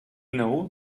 know